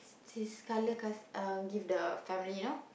his colour cus~ uh give the family you know